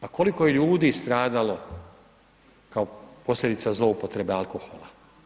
A koliko je ljudi stradalo kao posljedica zloupotrebe alkohola?